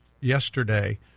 yesterday